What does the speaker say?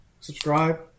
subscribe